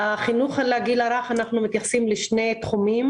בחינוך לגיל הרך אנחנו מתייחסים לשני תחומים